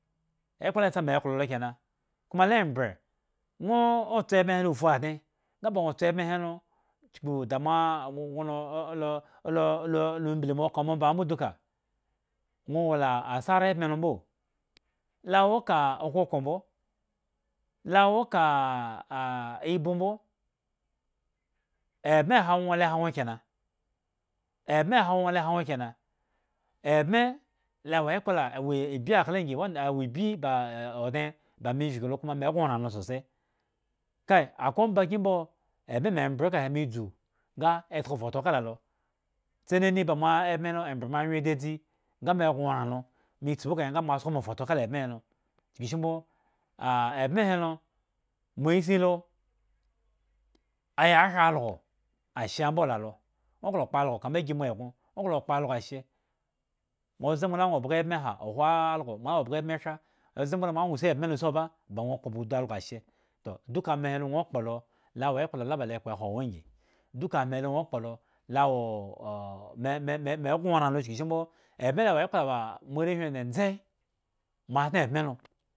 Ekpla la sa me klo lo kenan kuma le mbre nwo tso ebme he la fu adne nga ba nwo ts ebme we lo chku da alololo mbli mo ka ombomba aa mbo duka nwo wola asara ebme lo mbo la wo ka okoko mbo la wo kaa ah ibu mboebme ha nwo ta ha nwo kana embe ha nwo la ha nwo kanan ebme be wo ekpla le wo ibyi akla ngi wanda hewo ibyi ba odne kuma me vigi lo kama me gni otan lo sosai kai akwai ombakyen mbo ebme mbre ka he dzu nga esko photo kala alo tsinini ba mo ebme lo ambre mouwye dzadzi nga me go oran lo me tspi kahe nga ma sko photo kala ebme he lo, chuku shi mbo ebme he lo mo si lo aaya hre ago ashembo lalo nwo kpo algo kama gi me ego nwo kpo algoshe obze mo lu la nwo bga ebmeha ohwo algo ma nwo bga ebme tra obze mbule ma nwo si ebme losi oba ba udu algoshe duka ama he nwo kpolo lawo ekpla laba le kpohuo nwo angin duka ama e nwo kpolo la woo e mememe go oran lo chkushi mbo ebme wo tka ba mourewhi ndzendze.